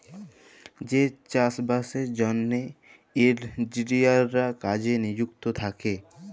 যে চাষ বাসের জ্যনহে ইলজিলিয়াররা কাজে লিযুক্ত থ্যাকে